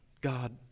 God